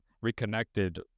reconnected